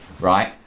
right